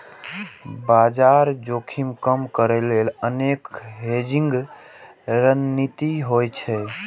बाजार जोखिम कम करै लेल अनेक हेजिंग रणनीति होइ छै